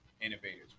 innovators